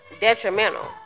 detrimental